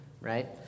right